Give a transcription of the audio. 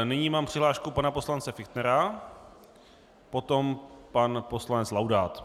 Nyní mám přihlášku pana poslance Fichtnera, potom pan poslanec Laudát.